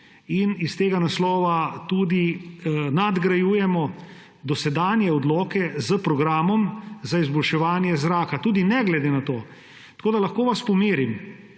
S tega naslova tudi nadgrajujemo dosedanje odloke s programom za izboljševanje zraka, tudi ne glede na to. Lahko vas pomirim,